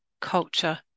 culture